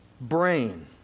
brain